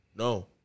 No